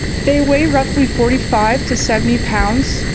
they weigh roughly forty-five to seventy pounds,